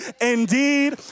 indeed